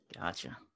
Gotcha